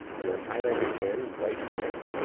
and then highlight it again, right click.